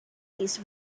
these